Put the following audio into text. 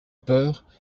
peur